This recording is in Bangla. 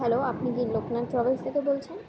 হ্যালো আপনি কি লোকনাথ ট্রাভেলস থেকে বলেছেন